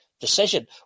decision